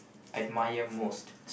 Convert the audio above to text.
admire most